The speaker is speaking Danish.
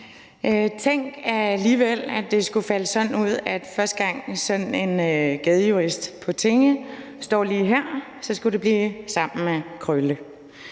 Tænk alligevel, at det skulle falde sådan ud, at første gang sådan en gadejurist på tinge står lige her, skulle det blive sammen med Krølle